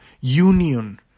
union